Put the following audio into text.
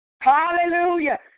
Hallelujah